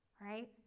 Right